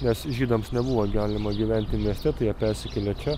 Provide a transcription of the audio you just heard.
nes žydams nebuvo galima gyventi mieste tai jie persikėlė čia